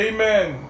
Amen